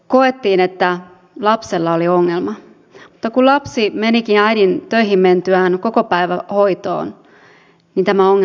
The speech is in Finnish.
koettiin että lapsella oli ongelma mutta kun lapsi menikin äidin töihin mentyä kokopäivähoitoon niin tämä ongelma katosi